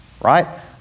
right